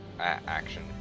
Action